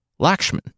Lakshman